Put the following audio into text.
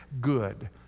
good